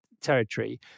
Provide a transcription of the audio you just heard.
territory